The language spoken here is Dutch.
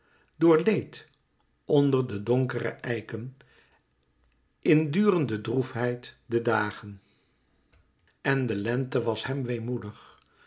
doorleed onder de donkere eiken in durende droefheid de dagen en de lente was hem weemoedig